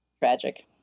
tragic